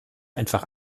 einfach